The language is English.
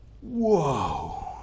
whoa